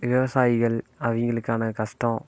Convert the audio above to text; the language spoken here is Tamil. விவசாயிகள் அவங்களுக்கான கஷ்டம்